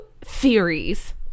theories